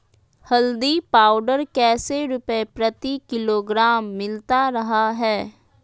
हल्दी पाउडर कैसे रुपए प्रति किलोग्राम मिलता रहा है?